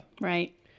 Right